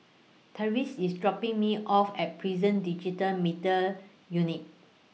Tavaris IS dropping Me off At Prison Digital Media Unit